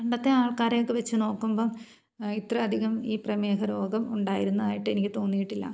പണ്ടത്തെ ആൾക്കാരെയൊക്ക വെച്ചു നോക്കുമ്പം ഇത്ര അധികം ഈ പ്രമേഹ രോഗം ഉണ്ടായിരുന്നതായിട്ട് എനിക്ക് തോന്നിയിട്ടില്ല